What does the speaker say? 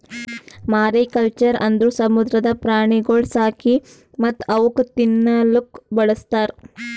mariculture ಅಂದುರ್ ಸಮುದ್ರದ ಪ್ರಾಣಿಗೊಳ್ ಸಾಕಿ ಮತ್ತ್ ಅವುಕ್ ತಿನ್ನಲೂಕ್ ಬಳಸ್ತಾರ್